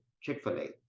chick-fil-a